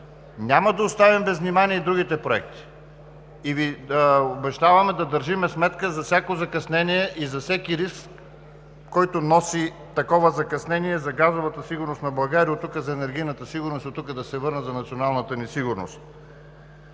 няма да оставим без внимание и другите проекти и Ви обещаваме да държим сметка за всяко закъснение и за всеки лист, който носи такова закъснение за газовата сигурност на България, оттук за енергийната сигурност, оттук да се върна и за националната ни сигурност.